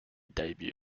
debut